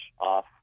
off